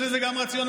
יש לזה גם רציונל,